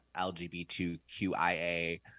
LGBTQIA